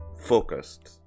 focused